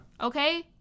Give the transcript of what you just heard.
Okay